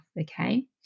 Okay